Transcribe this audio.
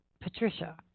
Patricia